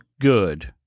good